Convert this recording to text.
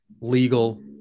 legal